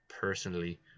personally